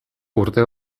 urte